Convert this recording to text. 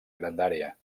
grandària